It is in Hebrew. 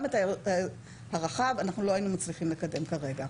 גם את הנושא הרחב אנחנו לא היינו מצליחים לקדם כרגע.